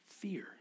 fear